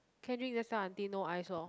can drink just tell aunty no ice lor